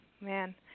Man